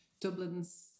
Dublin's